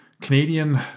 Canadian